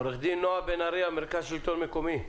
עורכת הדין נועה בן ארי, מרכז השלטון המקומי.